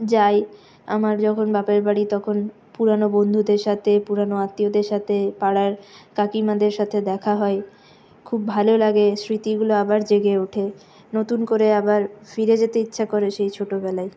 যাই আমার যখন বাপের বাড়ি তখন পুরোনো বন্ধুদের সাথে পুরোনো আত্মীয়দের সাথে পাড়ার কাকিমাদের সাথে দেখা হয় খুব ভালো লাগে স্মৃতিগুলো আবার জেগে ওঠে নতুন করে আবার ফিরে যেতে ইচ্ছে করে সেই ছোটোবেলায়